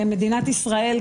מדינת ישראל,